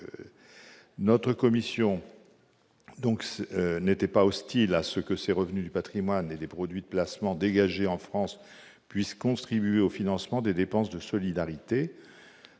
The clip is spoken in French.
FSV. Notre commission n'était pas hostile à ce que ces revenus du patrimoine et des produits de placement, dégagés en France, puissent contribuer au financement des dépenses de solidarité.